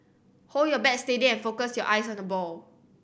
hold your bat steady and focus your eyes on the ball